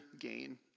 gain